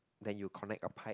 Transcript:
then you connect a pipe